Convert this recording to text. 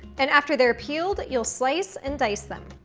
and after they're peeled, you'll slice and dice them.